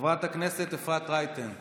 חברת הכנסת אפרת רייטן מרום,